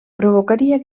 provocaria